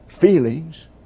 feelings